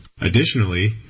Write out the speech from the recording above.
Additionally